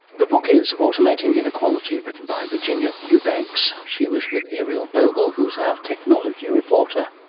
the book is automating inequality, written by virginia eubanks. she was with ariel bogle who is our technology reporter